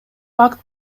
акт